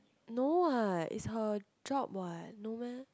no what is her job what no meh